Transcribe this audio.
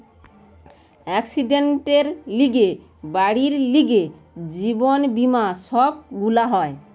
একসিডেন্টের লিগে, বাড়ির লিগে, জীবন বীমা সব গুলা হয়